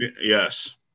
Yes